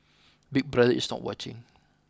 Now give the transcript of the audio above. big brother is not watching